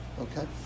Okay